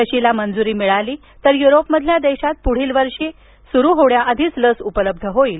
लसीला मंजुरी मिळाली तर युरोपमधल्या देशात पुढील वर्ष सुरू होण्याआधीच लस उपलब्ध होईल